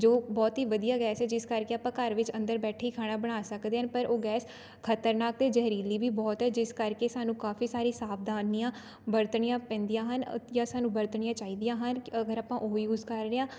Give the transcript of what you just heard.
ਜੋ ਬਹੁਤ ਹੀ ਵਧੀਆ ਗੈਸ ਹੈ ਜਿਸ ਕਰਕੇ ਆਪਾਂ ਘਰ ਵਿੱਚ ਅੰਦਰ ਬੈਠੇ ਖਾਣਾ ਬਣਾ ਸਕਦੇ ਹਾਂ ਪਰ ਉਹ ਗੈਸ ਖਤਰਨਾਕ ਅਤੇ ਜ਼ਹਿਰੀਲੀ ਵੀ ਬਹੁਤ ਹੈ ਜਿਸ ਕਰਕੇ ਸਾਨੂੰ ਕਾਫੀ ਸਾਰੀ ਸਾਵਧਾਨੀਆਂ ਵਰਤਣੀਆਂ ਪੈਂਦੀਆਂ ਹਨ ਜਾਂ ਸਾਨੂੰ ਵਰਤਣੀਆਂ ਚਾਹੀਦੀਆਂ ਹਨ ਅਗਰ ਆਪਾਂ ਉਹੀ ਯੂਜ਼ ਕਰ ਰਹੇ ਹਾਂ